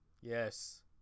Yes